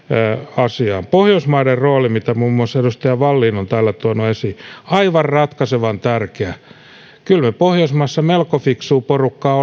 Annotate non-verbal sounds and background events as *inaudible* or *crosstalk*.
asiaan pohjoismaiden rooli mitä muun muassa edustaja wallin on täällä tuonut esiin on aivan ratkaisevan tärkeä kyllä me pohjoismaissa melko fiksua porukkaa *unintelligible*